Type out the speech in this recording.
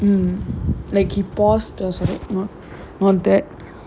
mmhmm like he pause on that